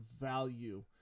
value